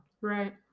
Right